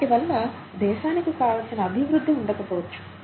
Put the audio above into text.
వాటి వల్ల దేశానికి కావాల్సిన అభివృద్ధి ఉండకపోవచ్చు